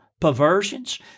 perversions